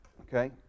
okay